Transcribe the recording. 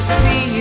see